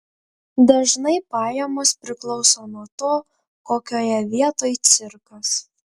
dažnai pajamos priklauso nuo to kokioje vietoj cirkas